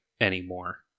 anymore